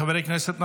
חברי הכנסת,